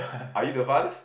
are you the father